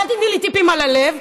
אז אל תיתני לי טיפים על "הלב".